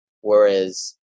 Whereas